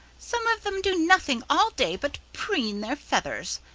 some of them do nothing all day but preen their feathers.